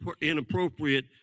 inappropriate